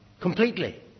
completely